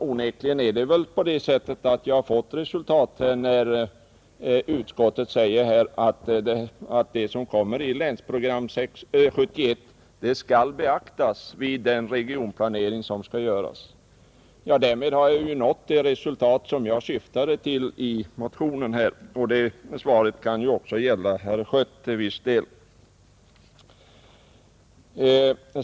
Onekligen har jag också i detta fall nått resultat eftersom utskottet skriver att sydöstra Sveriges problem kommer att beaktas vid den regionplanering som skall ske. Därmed har jag ju nått det resultat jag syftade till med motionen, Det svaret kan också till viss del gälla herr Schött.